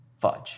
fudge